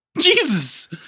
Jesus